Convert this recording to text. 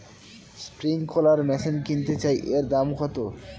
Sprinkler machine কিনতে চাই এর দাম কত?